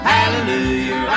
Hallelujah